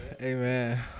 Amen